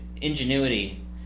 ingenuity